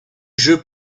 jeu